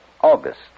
August